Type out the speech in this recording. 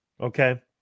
Okay